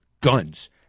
guns